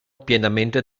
pienamente